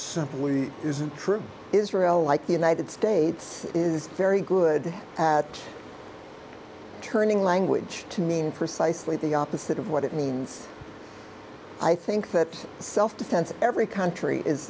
simply isn't true israel like the united states is very good at turning language to mean precisely the opposite of what it means i think that self defense every country is